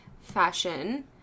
fashion